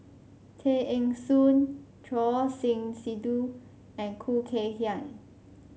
Tay Eng Soon Choor Singh Sidhu and Khoo Kay Hian